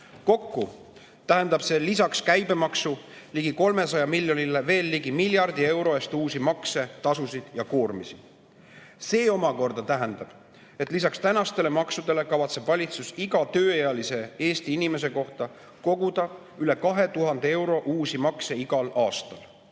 Kokku tähendab see lisaks käibemaksu ligi 300 miljonile veel ligi miljardi euro eest uusi makse, tasusid ja koormisi. See omakorda tähendab, et lisaks tänastele maksudele kavatseb valitsus iga tööealise Eesti inimese kohta koguda üle 2000 euro uusi makse igal aastal.